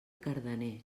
cardener